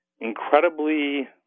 incredibly